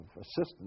assistance